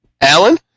alan